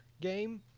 game